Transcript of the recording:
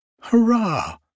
Hurrah